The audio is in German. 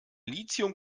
lithium